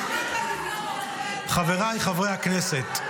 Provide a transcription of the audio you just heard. --- חבריי חברי הכנסת,